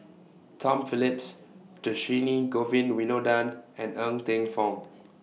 Tom Phillips Dhershini Govin Winodan and Ng Teng Fong